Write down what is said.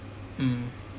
mm